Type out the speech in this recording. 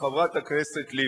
חברת הכנסת לבני.